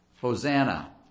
Hosanna